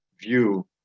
view